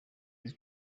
his